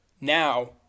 Now